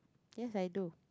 yes I do